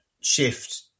shift